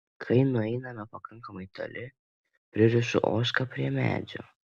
kai nueiname pakankamai toli pririšu ožką prie medžio